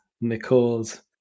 Nicole's